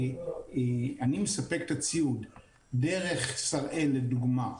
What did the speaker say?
כשאני מספק את הציוד לבית חולים דרך שראל לדוגמה,